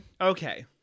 Okay